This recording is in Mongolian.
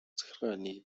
захиргааны